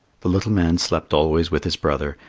the little man slept always with his brother,